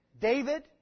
David